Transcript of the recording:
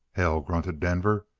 hell! grunted denver.